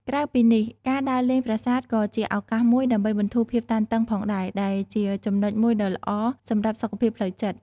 ក្រៅពីនេះ ការដើរលេងប្រាសាទក៏ជាឱកាសមួយដើម្បីបន្ធូរភាពតានតឹងផងដែរ ដែលជាចំណុចមួយដ៏ល្អសម្រាប់សុខភាពផ្លូវចិត្ត។